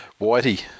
Whitey